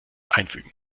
einfügen